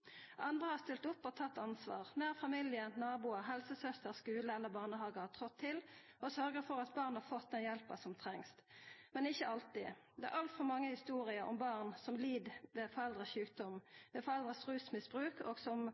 Andre har stilt opp og tatt ansvar – nær familie, naboar, helsesøster, skule eller barnehage har trått til og sytt for at barnet har fått den hjelpa som trengst. Men ikkje alltid, det er altfor mange historier om barn som lid ved foreldra sin sjukdom, foreldra sitt rusmisbruk, og som